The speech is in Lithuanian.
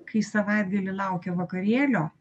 kai savaitgalį laukia vakarėlio